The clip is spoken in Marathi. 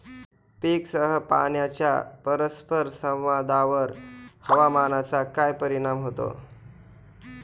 पीकसह पाण्याच्या परस्पर संवादावर हवामानाचा काय परिणाम होतो?